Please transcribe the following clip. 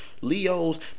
Leos